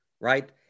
right